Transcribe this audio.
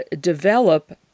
develop